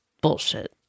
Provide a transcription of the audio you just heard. bullshit